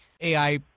AI